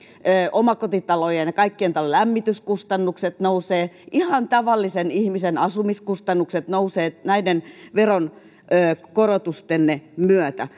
omakotitalojen ja kaikkien talojen lämmityskustannukset nousevat ihan tavallisen ihmisen asumiskustannukset nousevat näiden verokorotustenne myötä